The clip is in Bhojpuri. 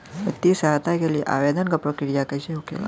वित्तीय सहायता के लिए आवेदन क प्रक्रिया कैसे होखेला?